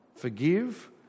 forgive